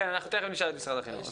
כן, אנחנו תיכף נשאל את משרד החינוך.